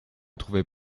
trouvait